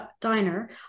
diner